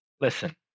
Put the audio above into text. Listen